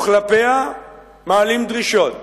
וכלפיה מעלים דרישות,